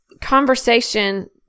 conversation